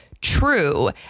true